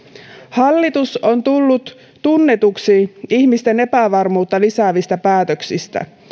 hallitus on tullut tunnetuksi ihmisten epävarmuutta lisäävistä päätöksistä